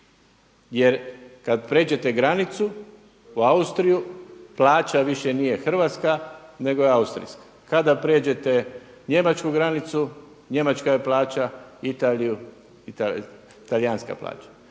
Jer kada pređete granicu u Austriju, plaća više nije hrvatska nego je austrijska, kada prijeđete njemačku granicu, njemačka je plaća, Italiju talijanska plaća.